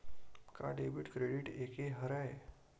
का debit credit एके हरय?